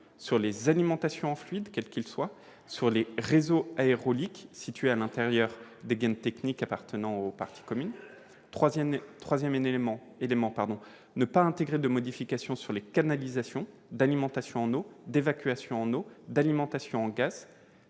les alimentations en fluides, quels qu'ils soient, et les réseaux aérauliques situés à l'intérieur des gaines techniques appartenant aux parties communes ; ils ne doivent pas impliquer de modifications sur les canalisations d'alimentation en eau, d'évacuation en eau, d'alimentation en gaz